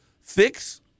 Fix